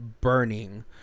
burning